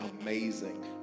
amazing